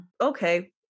okay